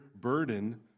burden